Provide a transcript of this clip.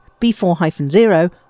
B4-0